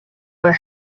were